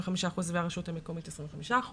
את הסייעות ב-75% והרשות המקומית ב-25%,